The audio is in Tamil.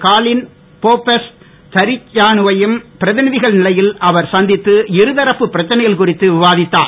காலின் போபெஸ் தரிச்யானு வையும் பிரதிநிதிகள் நிலையில் அவர் சந்தித்து இரு தரப்பு பிரச்சனைகள் குறித்து விவாதித்தார்